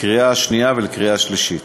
לקריאה שנייה ולקריאה שלישית.